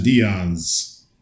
Dion's